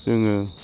जोङो